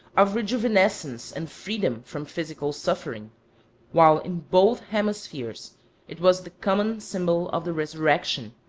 of rejuvenescence and freedom from physical suffering while in both hemispheres it was the common symbol of the resurrection,